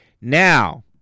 Now